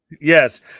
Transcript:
Yes